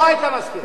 לא היית מסכים.